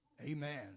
Amen